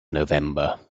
november